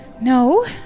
No